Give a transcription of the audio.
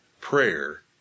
prayer